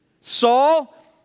Saul